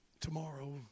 Tomorrow